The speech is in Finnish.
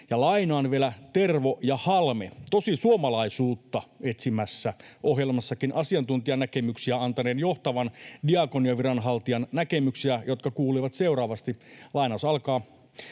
Ja lainaan vielä Tervo ja Halme tosisuomalaisuutta etsimässä -ohjelmassakin asiantuntijanäkemyksiä antaneen johtavan diakoniaviranhaltijan näkemyksiä, jotka kuuluivat seuraavasti: ”Suomessa